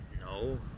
No